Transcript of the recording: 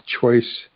choice